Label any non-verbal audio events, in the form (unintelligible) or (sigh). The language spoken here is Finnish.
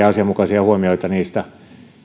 (unintelligible) asianmukaisia huomioita